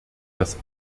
das